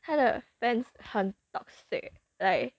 他的 fans 很 toxic like